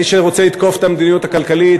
מי שרוצה לתקוף את המדיניות הכלכלית,